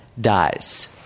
dies